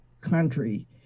country